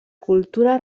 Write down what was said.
cultura